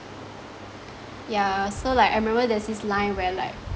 yeah so like I remember there's this line where like